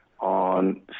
on